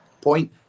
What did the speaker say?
point